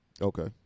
Okay